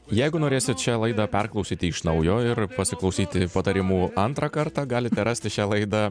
jeigu norėsit šią laidą perklausyti iš naujo ir pasiklausyti patarimų antrą kartą galite rasti šią laidą